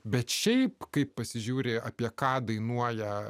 bet šiaip kai pasižiūri apie ką dainuoja